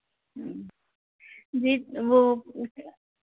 जी वो